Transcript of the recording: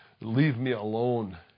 leave-me-alone